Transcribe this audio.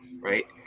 right